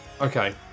Okay